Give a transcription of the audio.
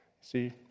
See